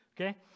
okay